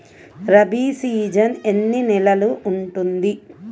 Rabi season ఎన్ని నెలలు ఉంటుంది?